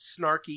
snarky